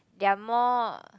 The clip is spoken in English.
their more